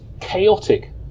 chaotic